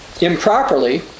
improperly